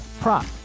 prop